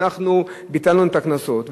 ואנחנו ביטלנו להם את הקנסות.